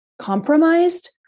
compromised